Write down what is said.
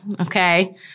okay